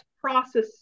process